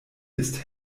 ist